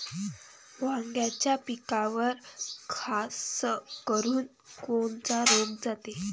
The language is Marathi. वांग्याच्या पिकावर खासकरुन कोनचा रोग जाते?